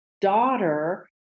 daughter